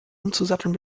umzusatteln